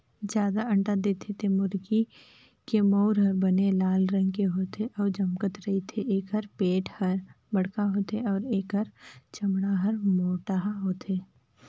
जादा अंडा देथे तेन मुरगी के मउर ह बने लाल रंग के होथे अउ चमकत रहिथे, एखर पेट हर बड़खा होथे अउ एखर चमड़ा हर मोटहा होथे